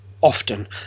often